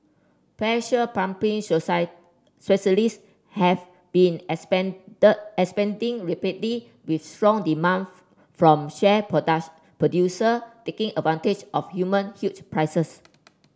pressure pumping specialists have been expanded expanding rapidly with strong demands from shale producer taking advantage of human huge prices